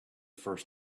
first